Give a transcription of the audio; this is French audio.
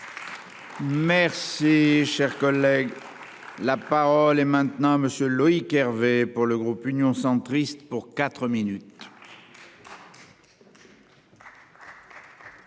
Merci cher collègue. La parole est maintenant à monsieur Loïc Hervé, pour le groupe Union centriste pour 4 minutes.